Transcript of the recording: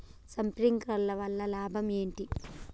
Sprinkler వల్ల లాభం ఏంటి?